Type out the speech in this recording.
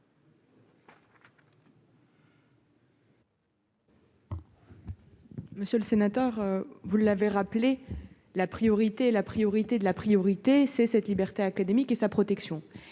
Monsieur le sénateur, vous l'avez rappelé la priorité la priorité de la priorité, c'est cette liberté académique et sa protection